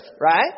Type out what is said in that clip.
Right